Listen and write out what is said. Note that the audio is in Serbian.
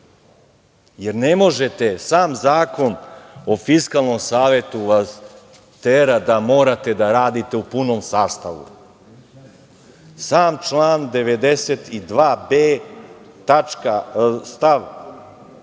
to ne daju, jer sam Zakon o Fiskalnom savetu vas tera da morate da radite u punom sastavu, sam član 92b. stav